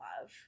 love